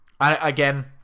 Again